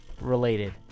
related